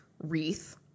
wreath